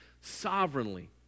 sovereignly